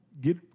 get